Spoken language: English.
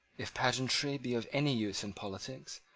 if pageantry be of any use in politics,